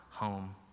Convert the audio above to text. home